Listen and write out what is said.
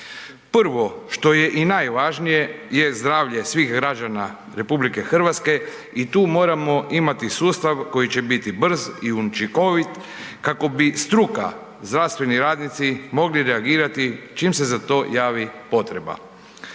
Prvo, što je i najvažnije je zdravlje svih građana RH i tu moramo imati sustav koji će bit brz i učinkovit kako bi struka, zdravstveni radnici mogli reagirati čim se za to javi potreba.